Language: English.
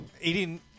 Eating